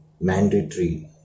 mandatory